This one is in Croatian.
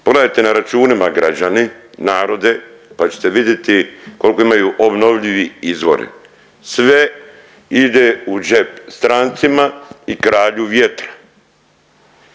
pogledajte na računima građani, narode pa ćete vidjeti koliko imaju obnovljivi izvori. Sve ide u džep strancima i kralju vjetra.